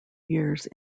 years